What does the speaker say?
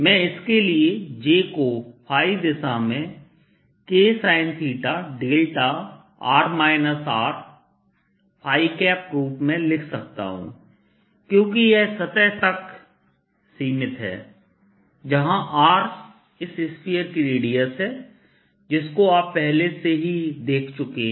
मैं इसके लिए j को दिशा में Ksin θδr R रूप में लिख सकता हूं क्योंकि यह सतह तक ही सीमित है जहां R इस स्फीयर की रेडियस है जिसको आप पहले से ही देख चुके हैं